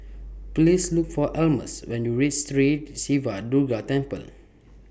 Please Look For Almus when YOU REACH Sri Siva Durga Temple